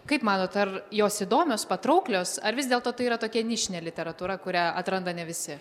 kaip manot ar jos įdomios patrauklios ar vis dėlto tai yra tokia nišinė literatūra kurią atranda ne visi